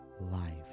life